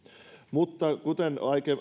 kuten